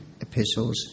epistles